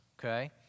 okay